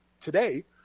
Today